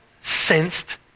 sensed